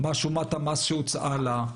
מה שומת המס שהוצעה לה,